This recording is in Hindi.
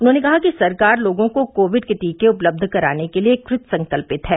उन्होंने कहा कि सरकार लोगों को कोविड के टीके उपलब्ध कराने के लिये कृतसंकल्पित है